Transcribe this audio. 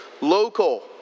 local